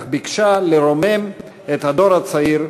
אך ביקשה לרומם את הדור הצעיר,